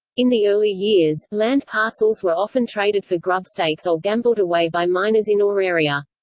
in the early years, land parcels were often traded for grubstakes or gambled away by miners in auraria.